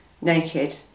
naked